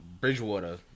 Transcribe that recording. Bridgewater